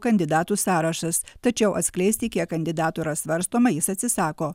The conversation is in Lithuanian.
kandidatų sąrašas tačiau atskleisti kiek kandidatų yra svarstoma jis atsisako